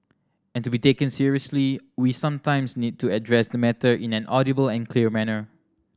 and to be taken seriously we sometimes need to address the matter in an audible and clear manner